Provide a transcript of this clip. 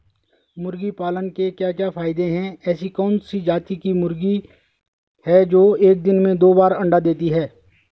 मुर्गी पालन के क्या क्या फायदे हैं ऐसी कौन सी जाती की मुर्गी है जो एक दिन में दो बार अंडा देती है?